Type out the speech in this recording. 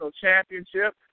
championship